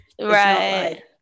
Right